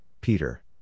Peter